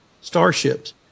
starships